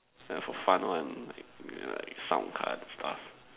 ya for fun one like mm like sound cards and stuff